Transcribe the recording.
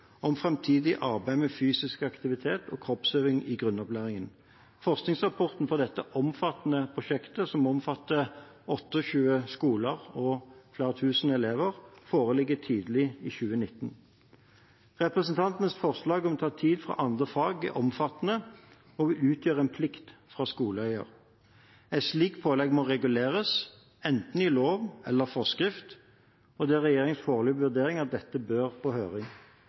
om framtidig arbeid med fysisk aktivitet og kroppsøving i grunnopplæringen. Forskningsrapporten fra dette omfattende prosjektet, som omfatter 28 skoler og flere tusen elever, vil foreligge tidlig i 2019. Representantenes forslag om å ta tid fra andre fag er omfattende og vil utgjøre en plikt for skoleeiere. Et slikt pålegg må reguleres, enten i lov eller i forskrift, og det er regjeringens foreløpige vurdering at dette bør på høring.